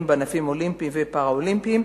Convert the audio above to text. בענפים אולימפיים ולהישגים בענפים הפראלימפיים,